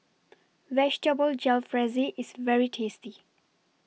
Vegetable Jalfrezi IS very tasty